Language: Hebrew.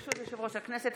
ברשות יושב-ראש הכנסת,